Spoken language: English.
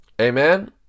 Amen